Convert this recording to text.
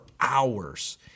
hours